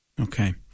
Okay